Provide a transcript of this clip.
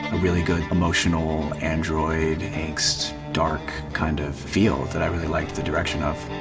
really good emotional android angst, dark kind of feel that i really liked the direction of.